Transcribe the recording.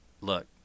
look